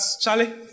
Charlie